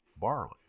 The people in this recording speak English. Barley